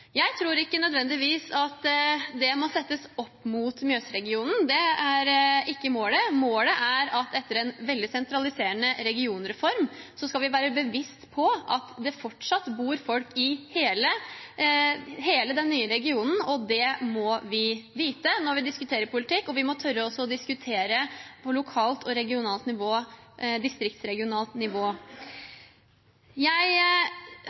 Jeg tror ikke nødvendigvis at det må settes opp mot Mjøs-regionen. Det er ikke målet. Målet er at etter en veldig sentraliserende regionreform, skal vi være bevisst på at det fortsatt bor folk i hele den nye regionen. Det må vi vite når vi diskuterer politikk, og vi må tørre å diskutere på lokalt og regionalt nivå, distriktsregionalt nivå. Jeg